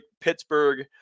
pittsburgh